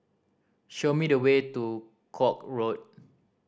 show me the way to Koek Road